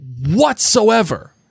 whatsoever